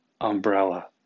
umbrella